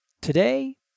Today